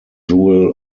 jewel